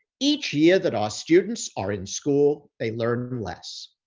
each year that our students are in school they learn less.